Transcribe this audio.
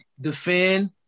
Defend